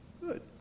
good